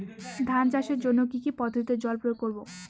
ধান চাষের জন্যে কি কী পদ্ধতিতে জল প্রয়োগ করব?